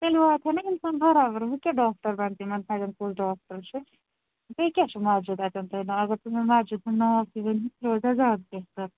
تیٚلہِ واتہِ ہے نا اِنسان بَرابَر وۅنۍ کیٛاہ ڈاکٹر بنہِ تِمن تتٮ۪ن کُس ڈاکٹر چھُ بیٚیہِ کیٛاہ چھُ مسجِد اتٮ۪ن تۅہہِ ناو اگر تۅہہِ مےٚ مسجِدِ ہُنٛد ناو تہِ ؤنۍہیٖو سُہ روزِہا زیادٕ بہتر